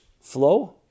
flow